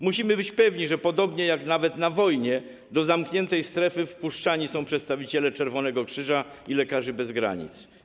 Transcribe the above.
Musimy być pewni, że podobnie jak nawet na wojnie, do zamkniętej strefy wpuszczani są przedstawiciele Czerwonego Krzyża i Lekarzy bez Granic.